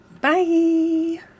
Bye